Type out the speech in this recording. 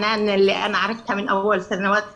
את חנאן אשר הכרתי מאז תחילת שנות ה-80,